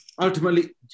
ultimately